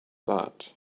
that